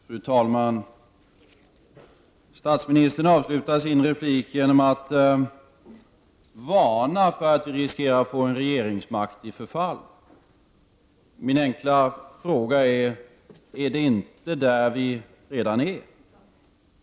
Fru talman! Statsministern avslutade sin replik genom att varna för att vi riskerar att få en regeringsmakt i förfall. Min enkla fråga blir då: Är vi inte redan där?